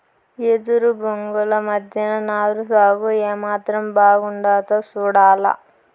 ఎదురు బొంగుల మద్దెన నారు సాగు ఏమాత్రం బాగుండాదో సూడాల